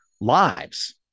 lives